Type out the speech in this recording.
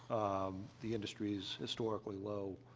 um, the industry's historically low,